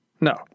No